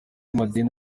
madini